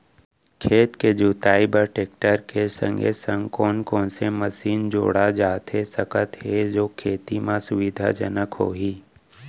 खेत के जुताई बर टेकटर के संगे संग कोन कोन से मशीन जोड़ा जाथे सकत हे जो खेती म सुविधाजनक होही?